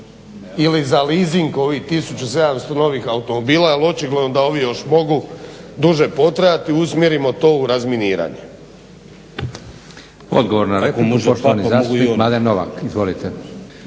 ili za leasing ovih 1700 novih automobila jer očigledno da ovi još mogu duže potrajati, usmjerimo to u razminiranje.